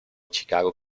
chicago